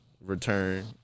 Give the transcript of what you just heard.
return